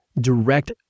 direct